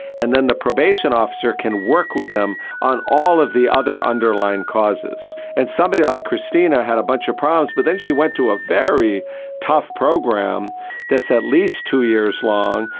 and then the probation officer can work with them on all of the other underlying causes. and somebody like christina had a bunch of problems but then she went to a very tough program that's at least two years long,